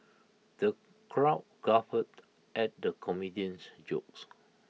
the crowd guffawed at the comedian's jokes